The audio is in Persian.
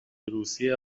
روسیه